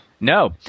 No